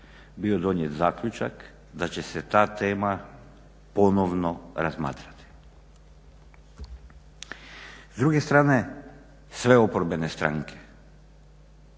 bio donijet zaključak da će se ta tema ponovno razmatrati. S druge strane sve oporbene stranke